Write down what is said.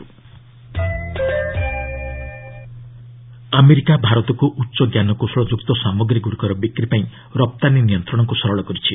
US STA one America ଭାରତକୁ ଉଚ୍ଚ ଜ୍ଞାନକୌଶଳଯୁକ୍ତ ସାମଗ୍ରୀଗୁଡ଼ିକର ବିକ୍ରି ପାଇଁ ରପ୍ତାନୀ ନିୟନ୍ତ୍ରଣକୁ ସରଳ କରିଛି